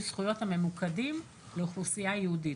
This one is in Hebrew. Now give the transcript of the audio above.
הזכויות הממוקדים לאוכלוסייה ייעודית.